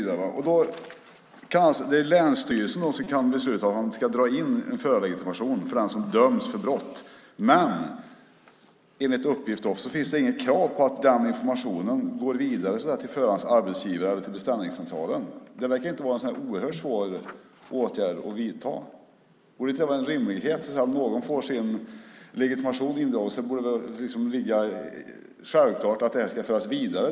Det är länsstyrelsen som kan besluta om att dra in en förarlegitimation för den som döms för brott, men enligt uppgift finns det inget krav på att den informationen går vidare till förarens arbetsgivare eller till beställningscentralen. Det verkar inte vara en så oerhört svår åtgärd att vidta. Borde det inte vara rimligt att om någon får sin legitimation indragen är det självklart att den informationen ska föras vidare?